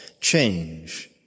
change